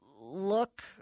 look